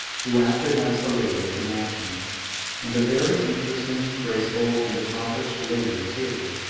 who acted as the lady of the mansion and a very interesting, graceful, and accomplished lady too.